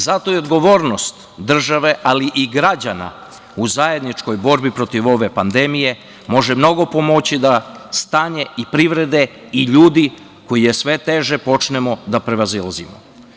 Zato je odgovornost države, ali i građana u zajedničkoj borbi protiv ove pandemije može mnogo pomoći da stanje i privrede i ljudi, koje je sve teže, počnemo da prevazilazimo.